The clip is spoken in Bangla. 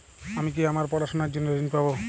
আমি কি আমার পড়াশোনার জন্য ঋণ পাব?